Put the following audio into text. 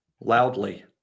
Loudly